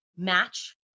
match